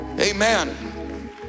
Amen